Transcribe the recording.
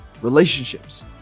relationships